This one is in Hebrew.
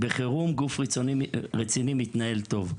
וגם בחירום גוף רציני מתנהל טוב.